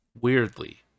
weirdly